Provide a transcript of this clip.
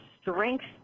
strength